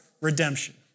redemption